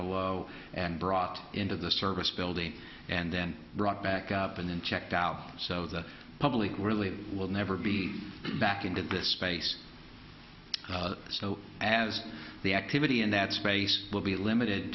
below and brought into the service building and then brought back up and checked out so the public really will never be back into this space so as the activity in that space will be limited